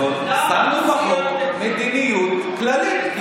שמנו בחוק מדיניות כללית.